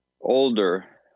older